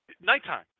nighttime